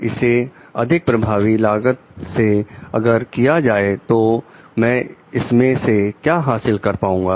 इसे अधिक प्रभावी लागत से अगर किया जाए तो मैं इसमें से क्या हासिल कर पाऊंगा